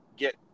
get